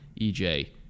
EJ